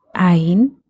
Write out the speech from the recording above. Ain